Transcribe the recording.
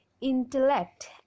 intellect